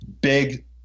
big